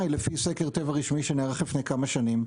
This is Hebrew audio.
לפי סקר טבע רשמי שנערך לפני כמה שנים.